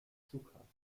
flughafens